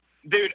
Dude